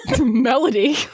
melody